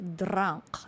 drunk